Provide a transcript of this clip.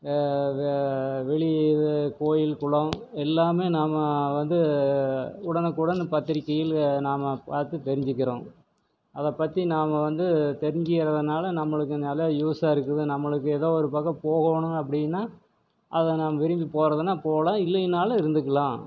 வெ வெளி இது கோயில் குளம் எல்லாமே நாம் வந்து உடனுக்குடன் பத்திரிக்கையில் வே நாம் பார்த்து தெரிஞ்சிக்கிறோம் அதைப் பற்றி நாம் வந்து தெரிஞ்சு எதை வேணாலும் நம்மளுக்கு நல்ல யூஸாக இருக்குது நம்மளுக்கு எதோ ஒரு பக்கம் போகணும் அப்படின்னா அதை நாம் விரும்பி போறதுன்னால் போகலாம் இல்லைன்னாலும் இருந்துக்கலாம்